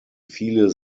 vieler